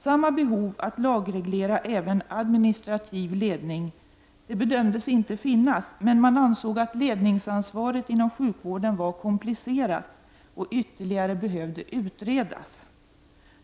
Samma behov av att lagreglera även administrativ ledning bedömdes inte finnas, men man ansåg att ledningsansvaret inom sjukvården var komplicerat och ytterligare behövde utredas.